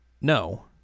No